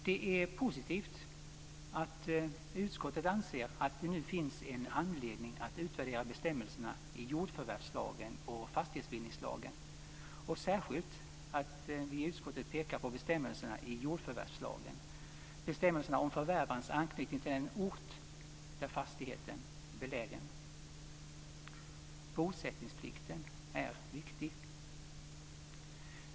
Det är positivt att utskottet anser att det nu finns en anledning att utvärdera bestämmelserna i jordförvärvslagen och fastighetsbildningslagen och särskilt att utskottet pekar på bestämmelserna i jordförvärvslagen och bestämmelserna om förvärvarens anknytning till den ort där fastigheten är belägen. Bosättningsplikten är viktig.